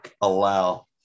allow